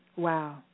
Wow